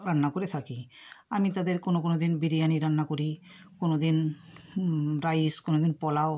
রান্না করে থাকি আমি তাদের কোনো কোনো দিন বিরিয়ানি রান্না করি কোনো দিন রাইস কোনো দিন পোলাও